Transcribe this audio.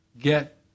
get